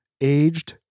aged